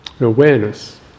awareness